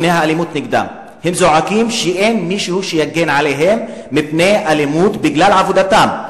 הם זועקים שאין מישהו שיגן עליהם מפני אלימות בגלל עבודתם.